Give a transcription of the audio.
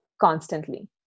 constantly